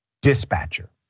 dispatcher